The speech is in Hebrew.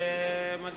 מה הסיבה?